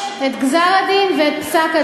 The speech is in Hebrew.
צר לי שאת לא סומכת,